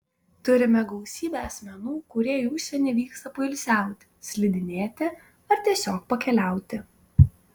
turime gausybę asmenų kurie į užsienį vyksta poilsiauti slidinėti ar tiesiog pakeliauti